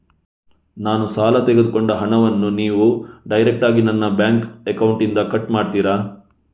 ನಾನು ಸಾಲ ತೆಗೆದುಕೊಂಡ ಹಣವನ್ನು ನೀವು ಡೈರೆಕ್ಟಾಗಿ ನನ್ನ ಬ್ಯಾಂಕ್ ಅಕೌಂಟ್ ಇಂದ ಕಟ್ ಮಾಡ್ತೀರಾ?